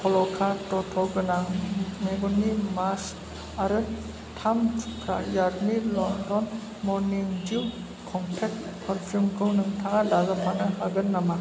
पल' काब दट' गोनां मेगननि मास्क आरो थाम थुख्रा इयाकनि लण्डन मरनिं दिउक कमप्लेक्स फारफियमखौ नोंथाङा दाजाबफानो हागोन नामा